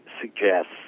suggests